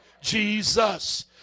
Jesus